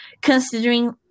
considering